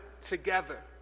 together